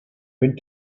went